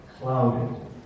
clouded